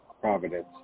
providence